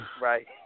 Right